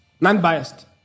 Non-biased